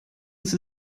sie